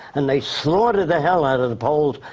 and they slaughtered the hell out of the poles,